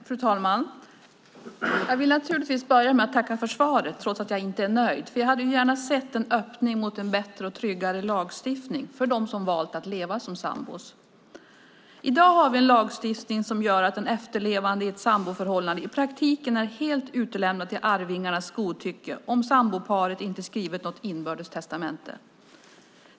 Fru talman! Jag börjar naturligtvis med att tacka för svaret, trots att jag inte är nöjd. Jag hade gärna sett en öppning mot en bättre och tryggare lagstiftning för dem som valt att leva som sambor. I dag har vi en lagstiftning som gör att den efterlevande i ett samboförhållande i praktiken är helt utlämnad till arvingarnas godtycke om samboparet inte har skrivit något inbördes testamente.